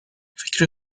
فکر